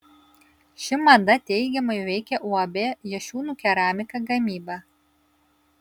ši mada teigiamai veikia uab jašiūnų keramika gamybą